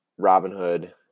Robinhood